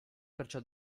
perciò